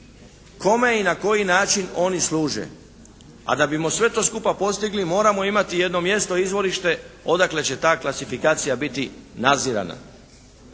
kome i na koji način oni služe. A da bismo sve to skupa postigli moramo imati jedno mjesto izvorište odakle će ta klasifikacija biti nadzirana.